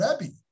Rebbe